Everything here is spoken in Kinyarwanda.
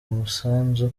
umusanzu